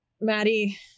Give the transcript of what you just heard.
Maddie